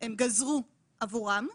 הם גזרו עבורם,